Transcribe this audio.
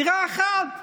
דירה אחת,